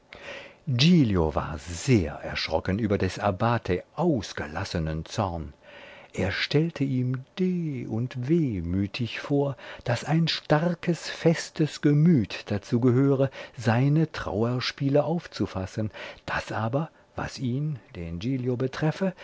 war sehr erschrocken über des abbate ausgelassenen zorn er stellte ihm de und wehmütig vor daß ein starkes festes gemüt dazu gehöre seine trauerspiele aufzufassen daß aber was ihn den giglio betreffe